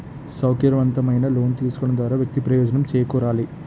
సౌకర్యవంతమైన లోన్స్ తీసుకోవడం ద్వారా వ్యక్తి ప్రయోజనం చేకూరాలి